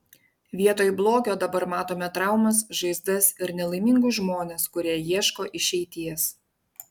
vietoj blogio dabar matome traumas žaizdas ir nelaimingus žmones kurie ieško išeities